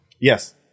Yes